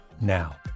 now